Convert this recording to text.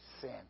sin